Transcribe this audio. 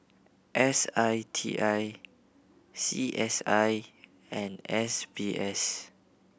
S I T I C S I and S B S